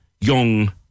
young